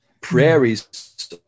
Prairies